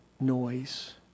noise